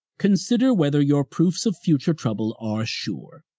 consider whether your proofs of future trouble are sure.